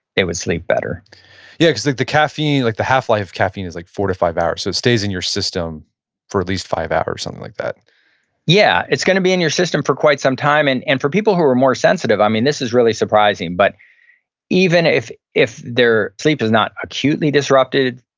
they would sleep better yeah, cause the the caffeine, like the half-life of caffeine is like four to five hours. so it stays in your system for at least five hours or something like that yeah, it's gonna be in your system for quite some time. and and for people who are more sensitive, i mean this is really surprising, but even if if their sleep is not acutely disrupted,